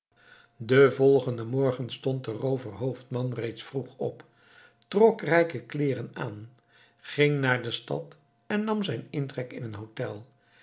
den volgenden morgen stond de rooverhoofdman reeds vroeg op trok rijke kleeren aan ging naar de stad en nam zijn intrek in een hotel